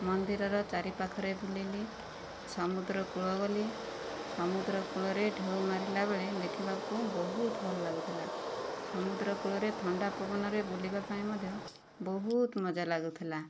ମନ୍ଦିରର ଚାରି ପାଖରେ ବୁଲିଲି ସମୁଦ୍ରକୂଳ ଗଲି ସମୁଦ୍ର କୂଳରେ ଢେଉ ମାରିଲା ବେଳେ ଦେଖିବାକୁ ବହୁତ ଭଲ ଲାଗୁଥିଲା ସମୁଦ୍ର କୂଳରେ ଥଣ୍ଡା ପବନରେ ବୁଲିବା ପାଇଁ ମଧ୍ୟ ବହୁତ ମଜା ଲାଗୁଥିଲା